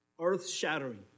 Earth-shattering